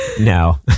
No